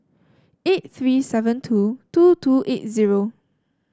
eight three seven two two two eight zero